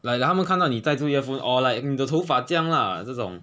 like like 他们看到你带住 earphone or like 你的头发这样 lah 这种